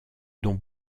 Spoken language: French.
dont